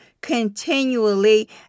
continually